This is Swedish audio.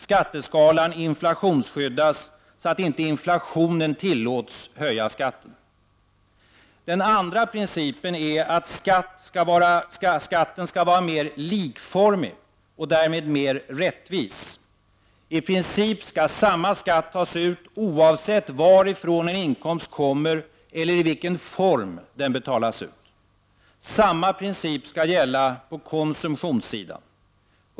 Skatteskalan inflationsskyddas så att inte inflationen tillåts höja skatten. Den andra principen är att skatten skall vara mer likformig och därmed mer rättvis. I princip skall samma skatt tas ut oavsett varifrån en inkomst kommer eller i vilken form den betalas ut. Samma princip skall gälla konsumtionssidan.